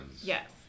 Yes